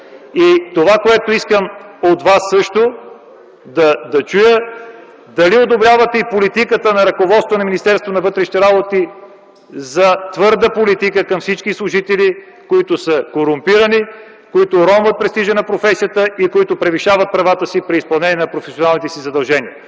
Това, което искам също от вас да чуя, е дали одобрявате политиката на ръководството на Министерството на вътрешните работи за твърда политика към всички служители, които са корумпирани, които уронват престижа на професията и които превишават правата си при изпълнение на професионалните си задължения?